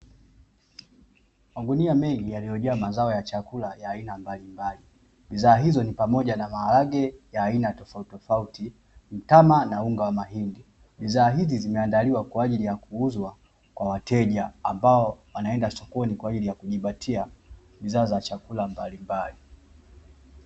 Magunia mengi yaliyojaa mazao ya chakula ya aina mbalimbali. Bidhaa hizo ni pamoja na maharage ya aina tofautitofauti, mtama na unga wa mahindi. Bidhaa hizi zimeandaliwa kwa ajili ya kuuzwa kwa wateja ambao wanaenda sokoni kwa ajili ya kujipatia bidhaa za chakula mbalimbali.